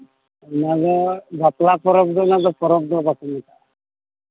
ᱱᱚᱣᱟ ᱫᱚ ᱵᱟᱯᱞᱟ ᱯᱚᱨᱚᱵᱽ ᱫᱚ ᱚᱱᱟ ᱫᱚ ᱯᱚᱨᱚᱵᱽ ᱫᱚ ᱵᱟᱠᱚ ᱢᱮᱛᱟᱜᱼᱟ